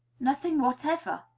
nothing whatever,